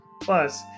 Plus